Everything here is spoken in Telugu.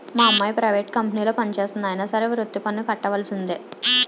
మా అమ్మాయి ప్రైవేట్ కంపెనీలో పనిచేస్తంది అయినా సరే వృత్తి పన్ను కట్టవలిసిందే